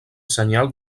senyal